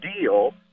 deal